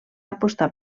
apostar